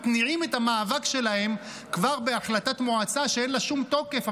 מתניעים את המאבק שלהם כבר בהחלטת מועצה שאין לה שום תוקף,